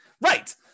Right